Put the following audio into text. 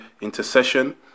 intercession